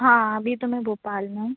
हाँ अभी तो मैं भोपाल में हूँ